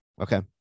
okay